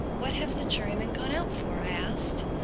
what have the jurymen gone out for? i asked.